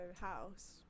house